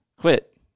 quit